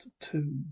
two